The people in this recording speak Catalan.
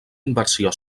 inversió